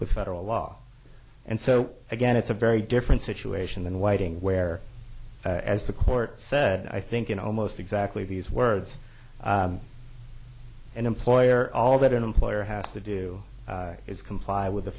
with federal law and so again it's a very different situation than whiting where as the court said i think in almost exactly these words an employer all that an employer has to do is comply with the